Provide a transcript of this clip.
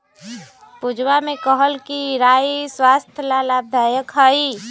पूजवा ने कहल कई कि राई स्वस्थ्य ला लाभदायक हई